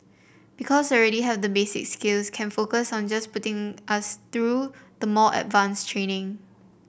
because already have the basic skills can focus on just putting us through the more advanced training